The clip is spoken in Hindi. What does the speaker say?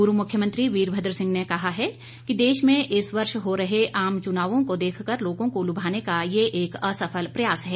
पूर्व मुख्यमंत्री वीरभद्र सिंह ने कहा है कि देश में इस वर्ष हो रहे आम चुनावों को देखकर लोगों को लुभाने का ये एक असफल प्रयास है